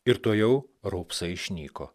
ir tuojau raupsai išnyko